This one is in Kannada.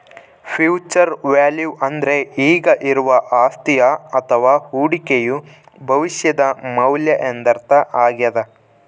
ಫ್ಯೂಚರ್ ವ್ಯಾಲ್ಯೂ ಅಂದ್ರೆ ಈಗ ಇರುವ ಅಸ್ತಿಯ ಅಥವ ಹೂಡಿಕೆಯು ಭವಿಷ್ಯದ ಮೌಲ್ಯ ಎಂದರ್ಥ ಆಗ್ಯಾದ